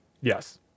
Yes